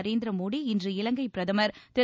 நரேந்திர மோடி இன்று இலங்கை பிரதமர் திரு